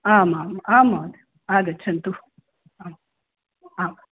आमाम् आं महोदय आगच्छन्तु आम् आम्